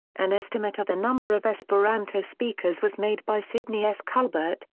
an estimate of the number of esperanto speakers was made by sidney s. culbert,